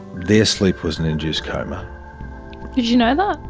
their sleep was an induced coma. did you know that?